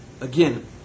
again